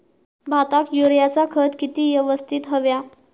भाताक युरियाचा खत किती यवस्तित हव्या?